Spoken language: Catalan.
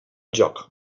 joc